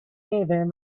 even